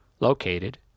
located